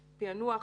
פענוח,